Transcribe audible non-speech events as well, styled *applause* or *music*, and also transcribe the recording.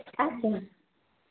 *unintelligible*